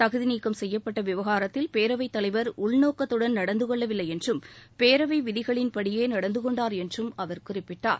தகுதிநீக்கம் செய்யப்பட்ட விவகாரத்தில் பேரவைத் தலைவர் உள்நோக்கத்துடன் நடந்து கொள்ளவில்லை என்றும் பேரவை விதிகளின் படியே நடந்து கொண்டார் என்றும் அவர் குறிப்பிட்டார்